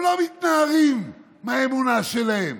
הם לא מתנערים מהאמונה שלהם,